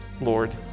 Lord